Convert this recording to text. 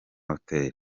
hotel